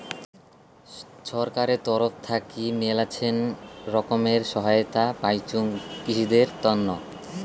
ছরকারের তরফ থাকি মেলাছেন রকমের সহায়তায় পাইচুং চাষীদের তন্ন